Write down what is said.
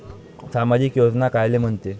सामाजिक योजना कायले म्हंते?